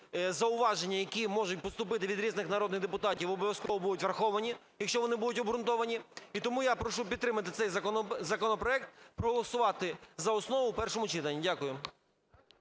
зауваження, які можуть поступити від різних народних депутатів, обов'язково будуть враховані, якщо вони будуть обґрунтовані. І тому я прошу підтримати цей законопроект, проголосувати за основу в першому читанні. Дякую.